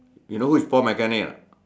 you know who is four mechanic or not